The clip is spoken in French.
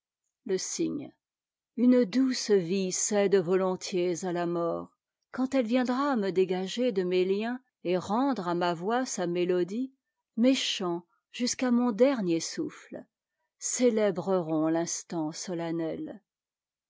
e cygne une douce vie cède volontiers à la mort quand elle viendra me dégager de mes liens et rendre à ma voix sa mé odie mes chants jusqu'à mon dernier souffle célébreront l'instant sotennet